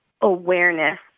awareness